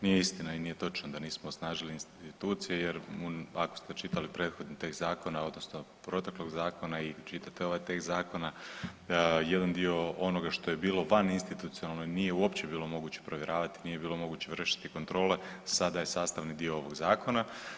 Nije istina i nije točno da nismo osnažili institucije jer ako ste čitali prethodni tekst zakona odnosno proteklog zakona i čitate ovaj tekst zakona jedan dio onoga što je bilo van institucionalno nije uopće bilo moguće provjeravati, nije bilo moguće vršiti kontrole, sada je sastavni dio ovog zakona.